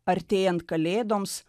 artėjant kalėdoms